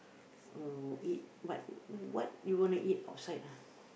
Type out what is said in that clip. or eat but what you wanna eat outside ah